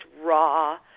raw